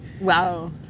Wow